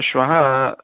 श्वः